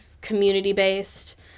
community-based